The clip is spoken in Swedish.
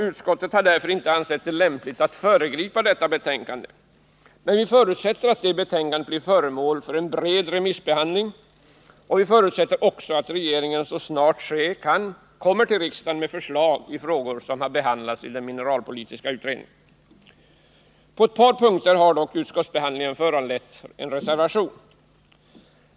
Utskottet har därför inte ansett det lämpligt att föregripa denna utredning. Vi förutsätter dock att dess betänkande blir föremål för en bred remissbehandling och även att regeringen så snart ske kan kommer till riksdagen med förslag i frågor som har behandlats i mineralpolitiska utredningen. På ett par punkter har dock utskottsbehandlingen föranlett en reservation.